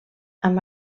amb